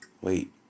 Wait